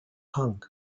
hung